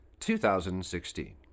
2016